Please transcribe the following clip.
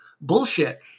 Bullshit